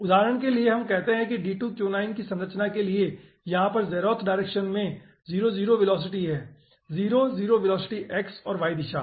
उदाहरण के लिए हम कहते है कि D2Q9 की संरचना के लिए यहाँ पर ज़ेरोथ डायरेक्शन में 00 वेलोसिटी है 0 0 वेलोसिटी x और y दिशा